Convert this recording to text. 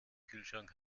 kühlschrank